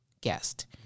guest